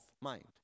mind